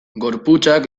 gorputzak